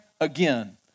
again